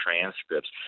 transcripts